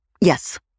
Yes